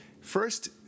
first